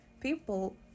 people